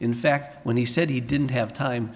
in fact when he said he didn't have time